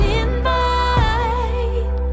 invite